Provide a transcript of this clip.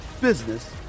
business